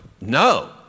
no